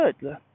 good